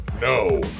no